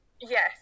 Yes